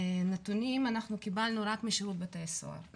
נתונים אנחנו קיבלנו רק משירות בתי הסוהר.